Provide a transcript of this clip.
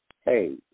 Hey